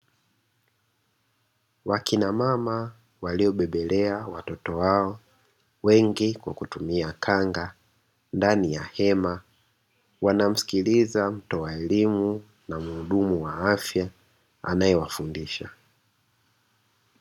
Wakina mama waliobebelea watoto wao wengi kwa kutumia kanga ndani ya hema, wanamsikiliza mtoa elimu na mhudumu wa afya anayewafundisha.